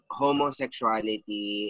homosexuality